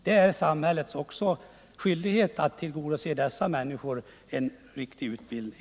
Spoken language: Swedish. Det är samhällets skyldighet att tillgodose även dessa människors behov av en riktig utbildning.